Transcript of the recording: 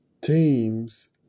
teams